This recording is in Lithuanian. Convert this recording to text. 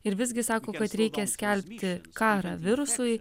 ir visgi sako kad reikia skelbti karą virusui